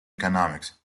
economics